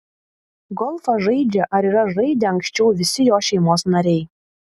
golfą žaidžią ar yra žaidę anksčiau visi jo šeimos nariai